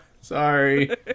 Sorry